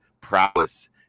prowess